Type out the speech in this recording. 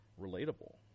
relatable